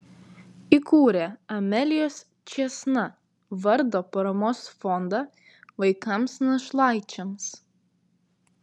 įkūrė amelijos čėsna vardo paramos fondą vaikams našlaičiams